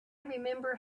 remember